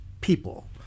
people